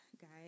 guys